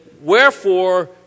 Wherefore